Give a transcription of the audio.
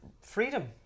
freedom